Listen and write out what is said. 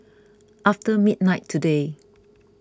after midnight today